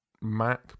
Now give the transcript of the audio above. Mac